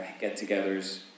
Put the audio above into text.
get-togethers